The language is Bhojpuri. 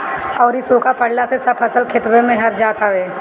अउरी सुखा पड़ला से सब फसल खेतवे में जर जात हवे